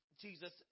Jesus